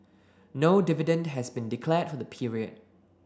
no dividend has been declared for the period